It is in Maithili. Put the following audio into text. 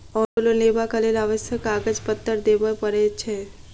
औटो लोन लेबाक लेल आवश्यक कागज पत्तर देबअ पड़ैत छै